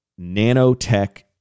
nanotech